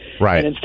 Right